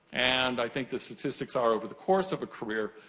and i think the statistics are over the course of a career,